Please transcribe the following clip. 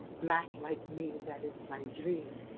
black like me, that is my dream.